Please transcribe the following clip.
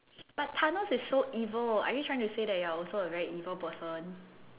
but thanos is so evil are you trying to say that you're also a very evil person